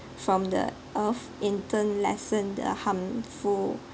from the earth in turn lessen the harmful